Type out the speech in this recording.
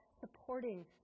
supporting